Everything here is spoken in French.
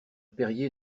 perier